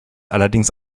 allerdings